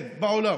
כן, בעולם.